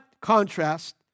contrast